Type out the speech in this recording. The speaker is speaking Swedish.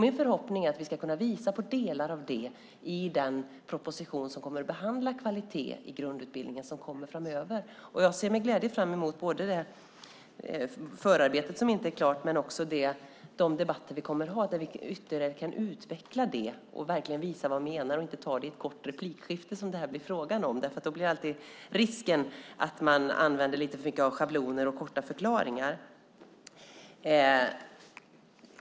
Min förhoppning är att vi ska kunna visa på delar av det i den proposition som kommer framöver och som kommer att behandla kvaliteten i grundutbildningen. Jag ser med glädje fram emot förarbetet, som inte är klart, och de debatter vi kommer att ha där vi ytterligare kan utveckla vad vi menar utan risk för de schabloner och korta förklaringar som lätt används i ett hastigt replikskifte.